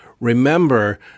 Remember